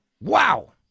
Wow